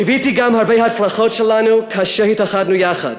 חוויתי גם הרבה הצלחות שלנו כאשר התאחדנו יחד,